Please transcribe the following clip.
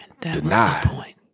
deny